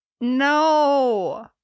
No